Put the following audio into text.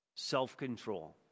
self-control